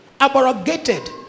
abrogated